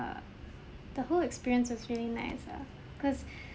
the whole experience was really nice ah cause